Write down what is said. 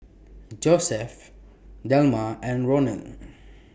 Josef Delma and Rondal